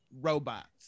Robots